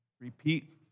Repeat